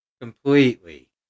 Completely